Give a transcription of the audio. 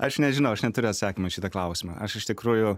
aš nežinau aš neturiu atsakymo į šitą klausimą aš iš tikrųjų